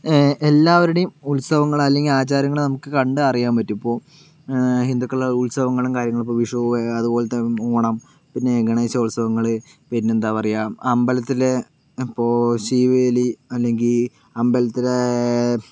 എല്ലാവരുടെയും ഉത്സവങ്ങൾ അല്ലെങ്കിൽ ആചാരങ്ങള് നമുക്ക് കണ്ട് അറിയാൻ പറ്റും ഇപ്പോൾ ഹിന്ദുക്കളുടെ ഉത്സവങ്ങളും കാര്യങ്ങളും ഇപ്പോൾ വിഷു അതുപോലെത്തെ ഓണം പിന്നെ ഗണേശോത്സവങ്ങള് പിന്നെ എന്താ പറയാ അമ്പലത്തിലെ ഇപ്പോൾ ശ്രീവേലി അല്ലെങ്കിൽ അമ്പലത്തിലെ